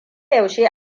yaushe